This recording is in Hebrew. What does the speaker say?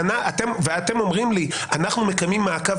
ואתם אומרים לי: "אנחנו מקיימים מעקב